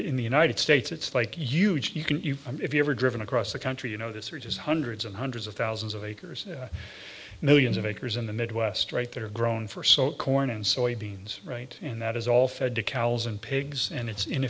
in the united states it's like huge you can if you ever driven across the country you know this reaches hundreds and hundreds of thousands of acres millions of acres in the midwest right there grown for so corn and soybeans right and that is all fed to cows and pigs and it's in